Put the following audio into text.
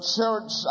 church